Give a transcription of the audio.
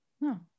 No